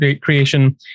creation